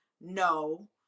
No